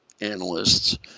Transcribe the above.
analysts